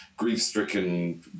grief-stricken